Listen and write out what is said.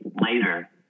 later